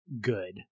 good